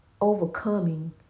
overcoming